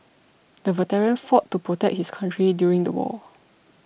the veteran fought to protect his country during the war